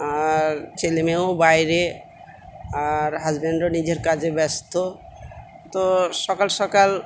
আর ছেলেমেয়েও বাইরে আর হাজব্যান্ডও নিজের কাজে ব্যস্ত তো সকাল সকাল